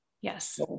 Yes